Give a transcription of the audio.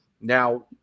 Now